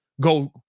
go